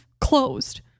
closed